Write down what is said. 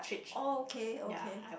oh okay okay